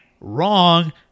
wrong